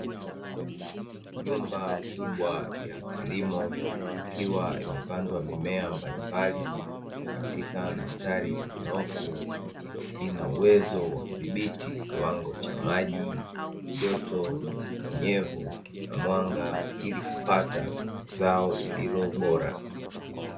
Nyumba kubwa ya kilimo ikiwa imepandwa mimea mbalimbali katika mastari mnyoofu. Inaweza kudhibiti kiwango cha maji, joto, unyevu na mwanga ili kupata zao lililo bora.